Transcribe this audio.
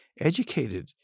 educated